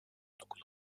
dokuz